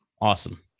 Awesome